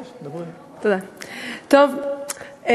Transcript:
האמת,